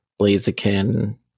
Blaziken